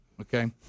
Okay